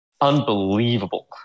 Unbelievable